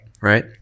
right